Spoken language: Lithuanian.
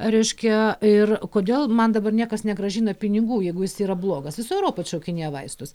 reiškia ir kodėl man dabar niekas negrąžina pinigų jeigu jis yra blogas visoj europoj atšaukinėja vaistus